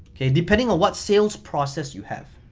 okay, depending on what sales process you have.